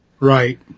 Right